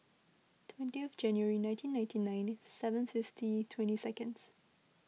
twenty of January nineteen ninety nine seven fifty twenty seconds